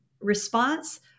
response